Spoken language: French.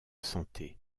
santé